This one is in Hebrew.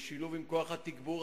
בשילוב עם כוח התגבור,